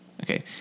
Okay